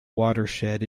watershed